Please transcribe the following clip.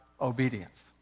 obedience